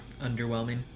Underwhelming